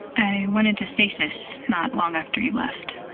i went into stasis not long after you left.